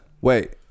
wait